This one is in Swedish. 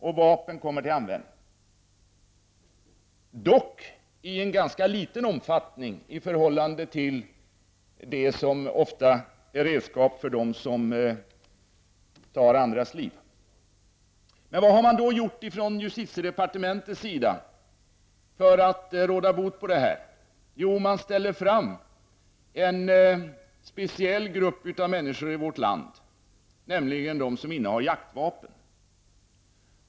Vapen kommer ofta till användning, dock i en ganska liten omfattning som redskap för dem som tar andras liv. Vad har då justitiedepartementet gjort för att råda bot på detta? Jo, man har pekat på en speciell grupp av människor i vårt land, nämligen de som innehar jaktvapen.